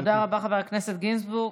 תודה רבה, חבר הכנסת גינזבורג.